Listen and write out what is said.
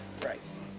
christ